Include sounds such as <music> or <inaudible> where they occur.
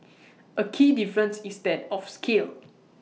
<noise> A key difference is that of scale